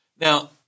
Now